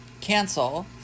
cancel